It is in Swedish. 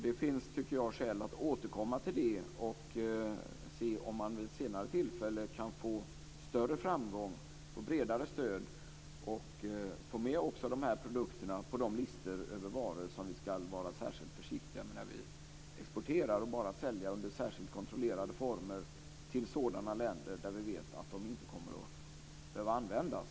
Det finns skäl att återkomma till det och se om man vid ett senare tillfälle kan få större framgång och få bredare stöd och få med också dessa produkter på listor över varor som vi ska vara särskilt försiktiga med när vi exporterar. De ska vi bara sälja under särskilt kontrollerade former och till sådana länder där vi vet att de inte kommer att behöva användas.